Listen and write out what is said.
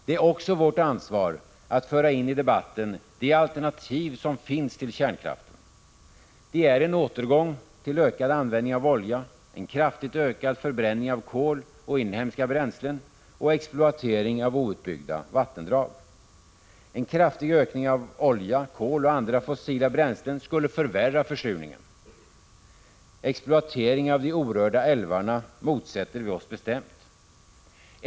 Det är också vårt ansvar att föra in i debatten de alternativ som finns till kärnkraften. De är en återgång till ökad användning av olja, en kraftigt ökad förbränning av kol och inhemska bränslen och exploatering av outbyggda vattendrag. En kraftig ökning av användningen av olja, kol och andra fossila bränslen skulle förvärra försurningen. Exploatering av de orörda älvarna motsätter vi oss bestämt.